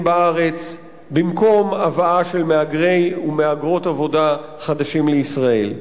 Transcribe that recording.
בארץ במקום הבאה של מהגרי ומהגרות עבודה חדשים לישראל.